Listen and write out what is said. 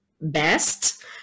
best